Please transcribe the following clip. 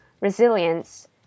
resilience